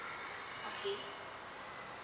okay